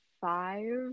five